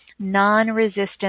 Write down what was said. non-resistant